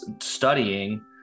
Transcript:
studying